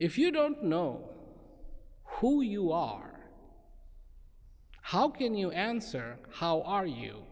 if you don't know who you are how can you answer how are you